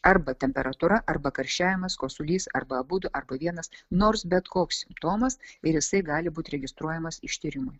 arba temperatūra arba karščiavimas kosulys arba abudu arba vienas nors bet koks simptomas ir jisai gali būt registruojamas ištyrimui